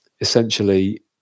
essentially